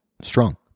strong